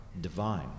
divine